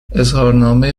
اظهارنامه